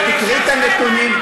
תקראי את הנתונים,